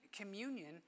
communion